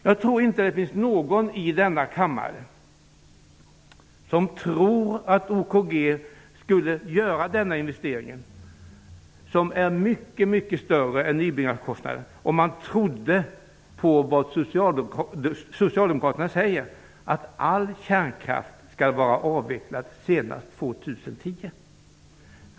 Jag tror inte att någon i denna kammare tror att OKG skulle göra denna investering -- som är mycket större än nybyggnadskostnaden -- om man trodde på vad Socialdemokraterna säger, nämligen att all kärnkraft skall vara avvecklad senast år 2010.